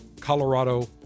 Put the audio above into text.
Colorado